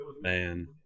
man